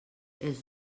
els